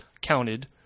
counted